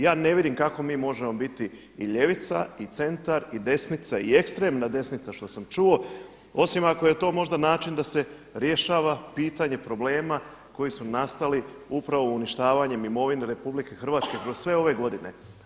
Ja ne vidim kako mi možemo biti i ljevica i centar i desnica i ekstremna desnica što sam čuo osim ako je to možda način da se rješava pitanje problema koji su nastali upravo uništavanjem imovine Republike Hrvatske kroz sve ove godine.